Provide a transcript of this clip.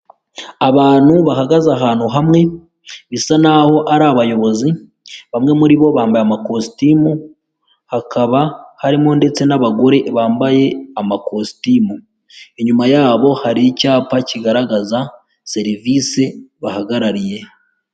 Abantu bahagaze ahantu hamwe bisa naho ari abayobozi, bamwe muri bo bambaye amakositimu hakaba harimo ndetse n'abagore bambaye amakositimu, inyuma yabo hari icyapa kigaragaza serivisi bahagarariye.